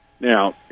Now